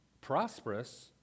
prosperous